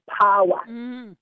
power